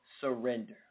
surrender